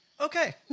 Okay